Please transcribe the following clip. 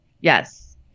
Yes